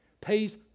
pays